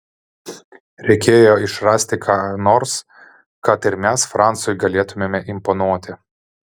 reikėjo išrasti ką nors kad ir mes francui galėtumėme imponuoti